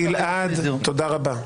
גלעד, תודה רבה.